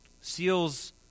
seals